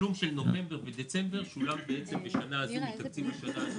התשלום של נובמבר ודצמבר שולם בעצם מתקציב השנה הזו,